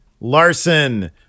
Larson